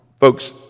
Folks